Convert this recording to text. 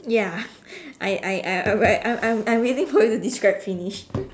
ya I I I I'm like I'm I'm I'm waiting for you to describe finish